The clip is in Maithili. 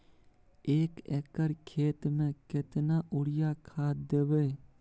एक एकर खेत मे केतना यूरिया खाद दैबे?